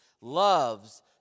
loves